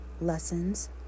Lessons